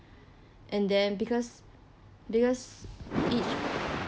and then because because it